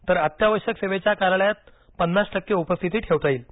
तर अत्यावश्यक सेवेच्या कार्यालयात पन्नास टक्के उपस्थिती ठेवता येईल